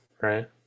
right